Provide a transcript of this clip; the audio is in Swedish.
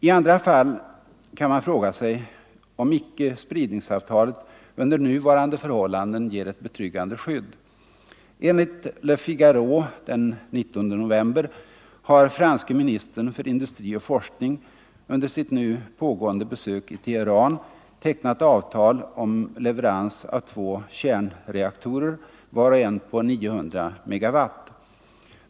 I andra fall kan man fråga sig om icke-spridningsavtalet under nuvarande förhållanden ger ett betryggande skydd. Enligt Le Figaro den 19 november har franske ministern för industri och forskning under sitt nu pågående besök i Teheran tecknat avtal om leverans av två kärnreaktorer, var och en på 900 megawatt.